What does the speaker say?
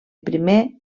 primer